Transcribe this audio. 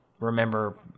remember